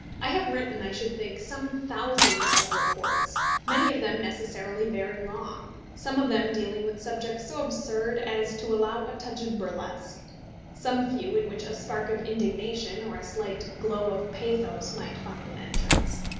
i have written, i should think, some thousands of reports many of them necessarily very long some of them dealing with subjects so absurd as to allow a touch of burlesque some few in which a spark of indignation or a slight glow of pathos might find an entrance.